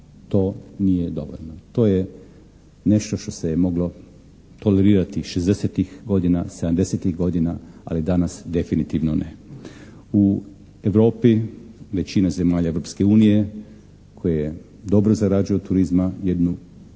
To nije dovoljno, to je nešto što se je moglo tolerirati 60-ih godina, 70-ih godina, ali danas definitivno ne. U Europi većina zemalja Europske unije koje dobro zarađuju od turizma, jedno